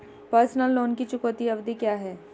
Personal loan की चुकौती अवधि क्या है?